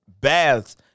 baths